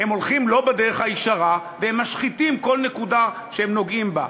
הם הולכים לא בדרך הישרה והם משחיתים כל נקודה שהם נוגעים בה,